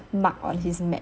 mark on his map